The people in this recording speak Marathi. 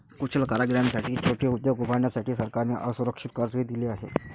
कुशल कारागिरांसाठी छोटे उद्योग उभारण्यासाठी सरकारने असुरक्षित कर्जही दिले आहे